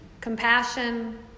compassion